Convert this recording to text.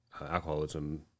alcoholism